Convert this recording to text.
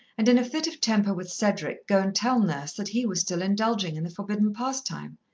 and in a fit of temper with cedric go and tell nurse that he was still indulging in the forbidden pastime.